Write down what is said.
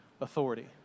authority